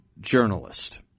journalist